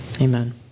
Amen